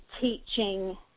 teaching